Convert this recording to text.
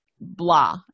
Blah